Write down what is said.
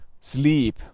sleep